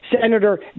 Senator